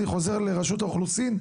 אני חוזר לרשות האוכלוסין,